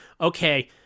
okay